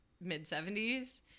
mid-70s